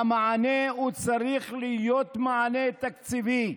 שהמענה צריך להיות מענה תקציבי.